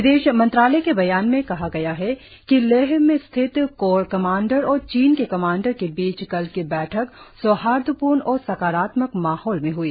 विदेश मंत्रालय के बयान में कहा गया है कि लेह में स्थित कोर कमांडर और चीन के कमांडर के बीच कल की बैठक सौहार्दपूर्ण और सकारात्मक माहौल में ह्ई